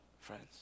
friends